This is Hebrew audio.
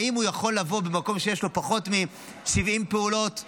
האם הוא יכול לבוא למקום שיש לו פחות מ-70 פעולות,